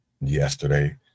yesterday